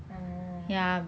orh